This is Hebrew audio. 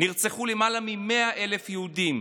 בירת בלארוס, נרצחו למעלה מ-100,000 יהודים.